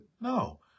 No